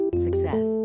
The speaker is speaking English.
Success